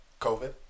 COVID